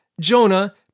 Jonah